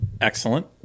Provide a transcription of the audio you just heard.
excellent